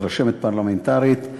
רשמת פרלמנטרית,